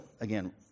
again